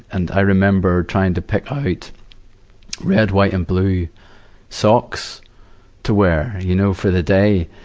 and, i remember trying to pick out red, white, and blue socks to wear, you know, for the day,